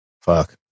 fuck